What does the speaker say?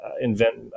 invent